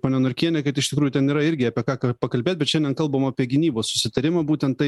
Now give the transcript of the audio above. ponia norkienė kad iš tikrųjų ten yra irgi apie ką pakalbėt bet šiandien kalbam apie gynybos susitarimą būtent tai